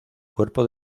cuerpo